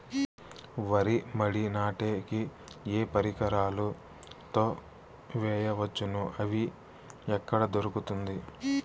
వరి మడి నాటే కి ఏ పరికరాలు తో వేయవచ్చును అవి ఎక్కడ దొరుకుతుంది?